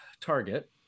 target